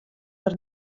der